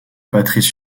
patrice